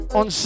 on